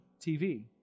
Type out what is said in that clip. TV